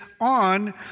on